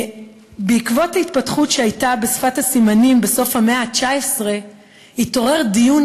בעקבות ההתפתחות שהייתה בשפת הסימנים בסוף המאה ה-19 התעורר דיון